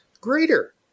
greater